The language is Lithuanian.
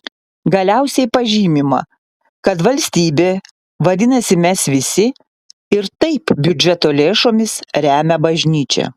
galiausiai pažymima kad valstybė vadinasi mes visi ir taip biudžeto lėšomis remia bažnyčią